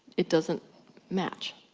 it doesn't match.